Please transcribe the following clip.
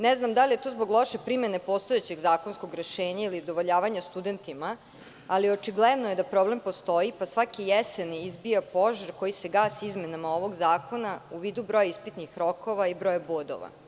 Ne znam da li je to zbog loše primene postojećeg zakonskog rešenja ili udovoljavanja studentima, ali očigledno je da problem postoji pa svake jeseni izbija požar koji se gasi izmenama ovog zakona, u vidu broja ispitnih rokova i broja bodova.